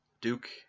Duke